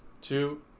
two